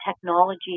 technology